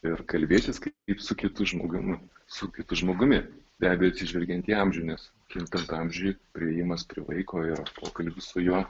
ir kalbėtis kaip su kitu žmogumi su kitu žmogumi be abejo atsižvelgiant į amžių nes kintant amžiui priėjimas prie vaiko ir pokalbiai su juo